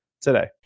today